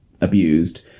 abused